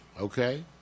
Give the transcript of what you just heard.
Okay